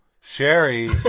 Sherry